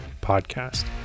podcast